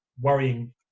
worrying